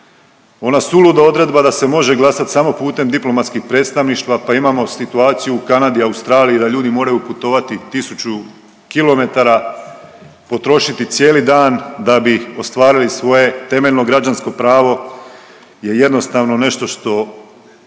Ona suluda odredba da se može glasat samo putem diplomatskih predstavništva pa imamo situaciju u Kanadi i Australiji da ljudi moraju putovati 1000 km, potrošiti cijeli dan da bi ostvarili svoje temeljno građansko pravo je jednostavno nešto što